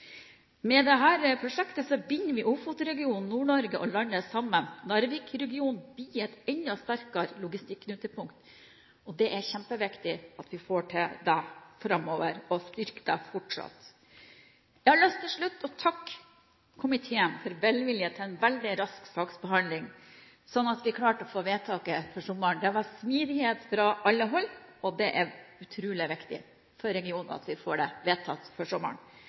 Med dette prosjektet binder vi Ofoten-regionen, Nord-Norge og landet sammen. Narvikregionen blir et enda sterkere logistikknutepunkt, og det er kjempeviktig at vi får til det framover og fortsetter å styrke det. Jeg har lyst til slutt å takke komiteen for velvilje til en veldig rask saksbehandling, sånn at vi klarte å få vedtaket før sommeren. Det var smidighet fra alle hold, og det er utrolig viktig for regionen at vi har fått dette vedtatt før sommeren. Så gratulerer til Ofoten, til Nordland, til Nord-Norge og til landet for